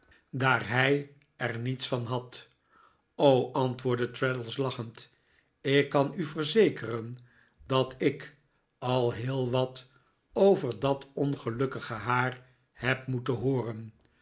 daar h ij er niets van had o r antwoordde traddles lachend ik kan u verzekeren dat ik al heel wat over dat ongelukkige haar heb moeten hooren